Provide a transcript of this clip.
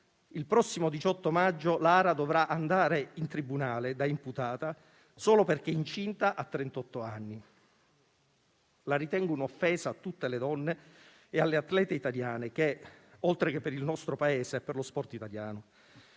Il prossimo 18 maggio Lara dovrà andare in tribunale da imputata, solo perché incinta a trentotto anni. La ritengo una offesa a tutte le donne e alle atlete italiane, oltre che al nostro Paese e allo sport italiano.